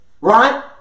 right